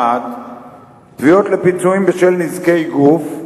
1. תביעות לפיצויים בשל נזקי גוף,